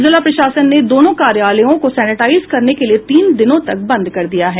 जिला प्रशासन ने दोनों कार्यालयों को सैनिटाइज करने के लिये तीन दिनों तक बंद कर दिया है